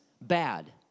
bad